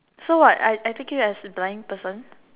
so what I I think you as blind person